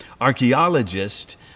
archaeologist